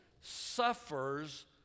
suffers